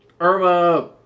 Irma